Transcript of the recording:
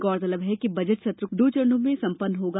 गौरतलब है कि बजट सत्र दो चरणों में सम्पन्न होगा